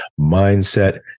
mindset